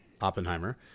Oppenheimer